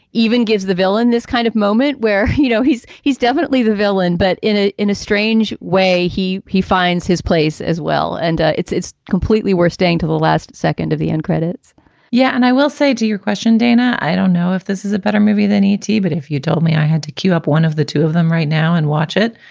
even gives the villain this kind of moment where, you know, he's he's definitely the villain. but in ah in a strange way, he he finds his place as well. and ah it's it's completely worth staying to the last second of the end credits yeah. and i will say to your question, dana, i don't know if this is a better movie than e t, but if you told me i had to queue up one of the two of them right now and watch it,